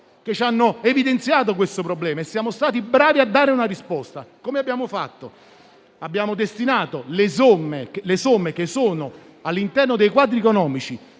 che ci hanno evidenziato questo problema, e a dare una risposta. Come abbiamo fatto? Abbiamo destinato le somme che sono all'interno dei quadri economici